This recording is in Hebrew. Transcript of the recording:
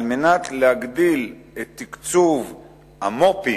על מנת להגדיל את תקצוב המו"פים.